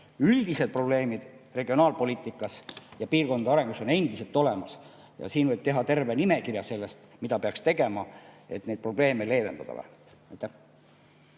üldised probleemid regionaalpoliitikas ja maapiirkondade arengus on endiselt ka olemas. Siin võib teha terve nimekirja sellest, mida peaks tegema, et neid probleeme vähemalt